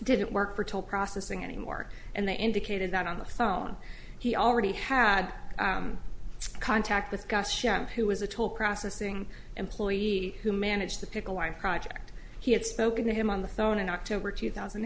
didn't work for top processing anymore and they indicated that on the phone he already had contact with gus shan who was a toll processing employee who managed the pickle life project he had spoken to him on the phone in october two thousand